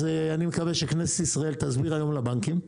אז אני מקווה שכנסת ישראל תסביר היום לבנקים שזהו,